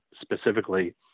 specifically